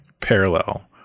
parallel